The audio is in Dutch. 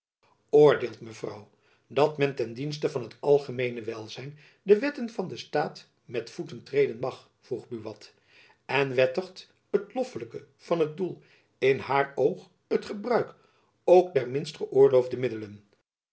oordeelt mevrouw dat men ten dienste van het algemeene welzijn de wetten van den staat met voeten treden mag vroeg buat en wettigt het loffelijke van het doel in haar oog het gebruik ook der minst geöorloofde middelen